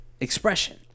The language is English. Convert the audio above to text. expression